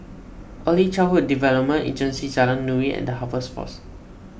Early Childhood Development Agency Jalan Nuri and the Harvest force